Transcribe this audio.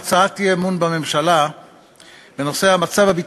שנימק את הצעת האי-אמון מטעם סיעת המחנה